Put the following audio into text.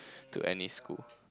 to any school